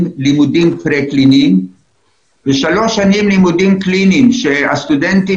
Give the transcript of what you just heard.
לימודים פרה-קליניים ושלוש שנים לימודים קליניים שהסטודנטים